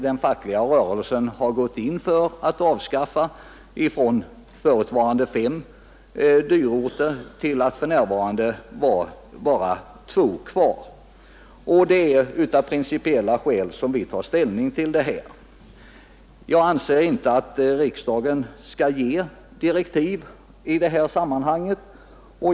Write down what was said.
Den fackliga rörelsen har gått in för att nedbringa antalet dyrortsgrupper från förutvarande fem till för närvarande bara två. Det är av principiella skäl som vi har gjort vårt ställningstagande i denna fråga. Jag anser inte att riksdagen skall ge direktiv i detta sammanhang.